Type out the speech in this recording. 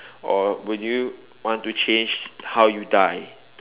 or would you want to change how you die